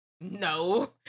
No